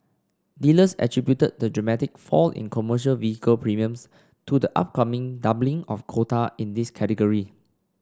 dealers attributed the dramatic fall in commercial vehicle premiums to the upcoming doubling of quota in this category